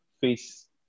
face